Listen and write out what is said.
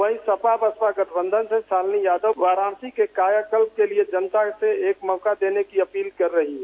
वहीं सपा बसपा गठबंधन से शालिनी यादव वाराणसी के कायाकल्प के लिए जनता से एक मौका देने की अपील कर रही हैं